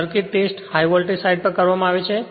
circuit test high voltage side કરવામાં આવે છે